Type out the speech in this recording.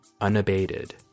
unabated